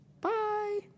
Bye